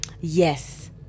Yes